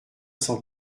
cent